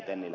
tennilä